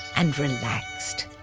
and relaxed.